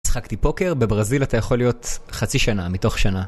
שחקתי פוקר? בברזיל אתה יכול להיות חצי שנה מתוך שנה